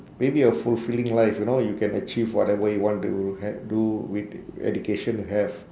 maybe a fulfilling life you know you can achieve whatever you want to h~ do with education have